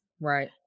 Right